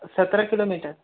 सतरा किलोमीटर